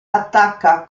attacca